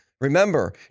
remember